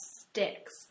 sticks